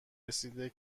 رسیده